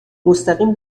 مستقیم